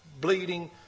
bleeding